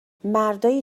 مردای